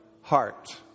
heart